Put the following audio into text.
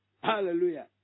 Hallelujah